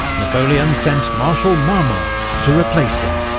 napoleon sent marshal marmont to replace him.